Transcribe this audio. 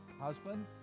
husband